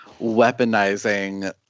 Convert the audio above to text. weaponizing